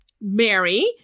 Mary